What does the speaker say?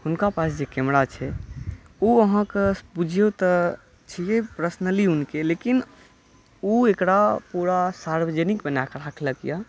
हुनका पास जे कैमरा छै ओ आहाँके बुझियौ तऽ छियै परसनली हुनके लेकिन ओ एकरा पूरा सार्वजानिक बनाय कऽ राखलक यऽ